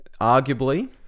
Arguably